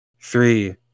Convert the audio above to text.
three